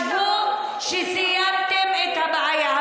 יכול להיות שתחשבו שסיימתם את הבעיה.